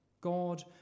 God